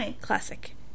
classic